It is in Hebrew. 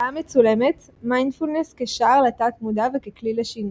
הרצאה מצולמת "מיינדפולנס כשער לתת מודע וככלי לשינוי",